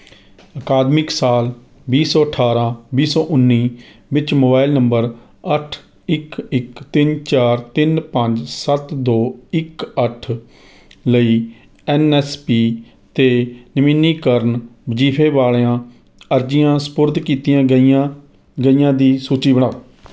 ਅਕਾਦਮਿਕ ਸਾਲ ਵੀਹ ਸੌ ਅਠਾਰਾਂ ਵੀਹ ਸੌ ਉੱਨੀ ਵਿੱਚ ਮੋਬਾਇਲ ਨੰਬਰ ਅੱਠ ਇੱਕ ਇੱਕ ਤਿੰਨ ਚਾਰ ਤਿੰਨ ਪੰਜ ਸੱਤ ਦੋ ਇੱਕ ਅੱਠ ਲਈ ਐੱਨ ਐੱਸ ਪੀ 'ਤੇ ਨਵੀਨੀਕਰਨ ਵਜ਼ੀਫੇ ਵਾਲੀਆਂ ਅਰਜ਼ੀਆਂ ਸਪੁਰਦ ਕੀਤੀਆਂ ਗਈਆਂ ਗਈਆਂ ਦੀ ਸੂਚੀ ਬਣਾਓ